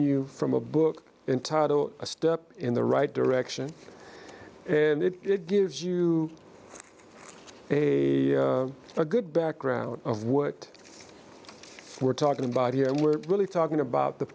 you from a book entitled a step in the right direction it gives you a good background of what we're talking about here and we're really talking about the